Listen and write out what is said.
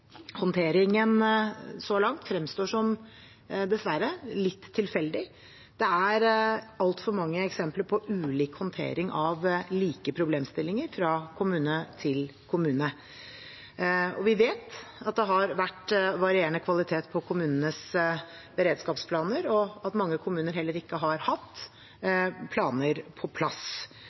Håndteringen så langt fremstår som – dessverre – litt tilfeldig. Det er altfor mange eksempler på ulik håndtering av like problemstillinger fra kommune til kommune. Vi vet at det har vært varierende kvalitet på kommunenes beredskapsplaner, og at mange kommuner heller ikke har hatt planer på plass.